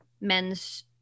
men's